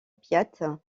piat